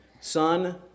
son